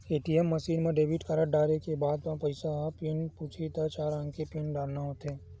ATM machine म debit card डारे के बाद म मसीन ह पिन पूछही त चार अंक के पिन डारना होथे